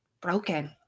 broken